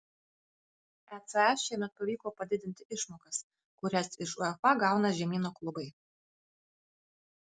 eca šiemet pavyko padidinti išmokas kurias iš uefa gauna žemyno klubai